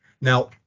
Now